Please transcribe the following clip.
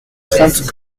trente